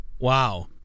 Wow